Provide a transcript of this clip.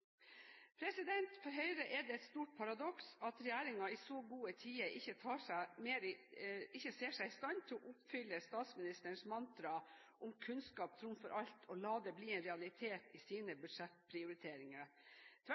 For Høyre er det et stort paradoks at regjeringen i så gode tider ikke ser seg i stand til å oppfylle statsministerens mantra om at kunnskap trumfer alt og lar det bli en realitet i